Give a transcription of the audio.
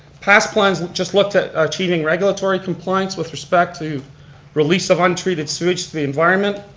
past plans, just looked at achieving regulatory compliance with respect to release of untreated sewage to the environment.